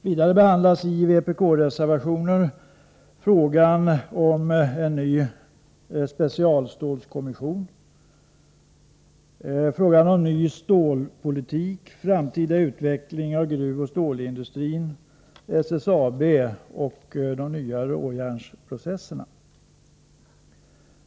Vidare behandlas i vpk-reservationerna frågor om en ny specialstålskommission, ny stålpolitik, framtida utveckling av gruvoch stålindustrin, SSAB och nya råjärnsprocesser.